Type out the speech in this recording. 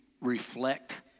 reflect